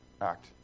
act